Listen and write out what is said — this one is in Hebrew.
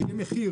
כפי